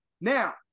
Now